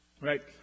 right